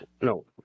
No